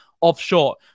offshore